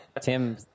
Tim